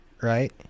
right